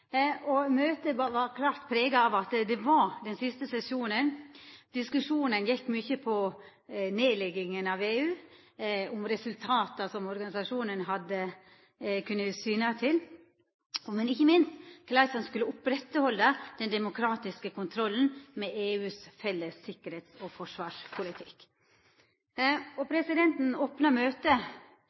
Møtet var klart prega av at det var den siste sesjonen. Diskusjonen gjekk mykje på nedlegginga av VEU, resultata som organisasjonen kunne syna til, og ikkje minst korleis ein skulle oppretthalda den demokratiske kontrollen med EUs felles tryggleiks- og forsvarspolitikk. Presidenten opna møtet